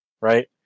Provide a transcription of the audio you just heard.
right